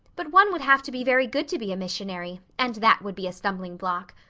but one would have to be very good to be a missionary, and that would be a stumbling block.